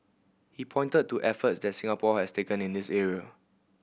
he pointed to efforts that Singapore has taken in this area